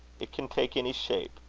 it can take any shape,